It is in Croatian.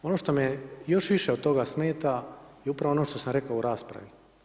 Ono što me još više od toga smeta je upravo ono što sam rekao u raspravi.